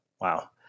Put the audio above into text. Wow